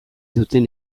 duten